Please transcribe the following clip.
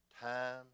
Time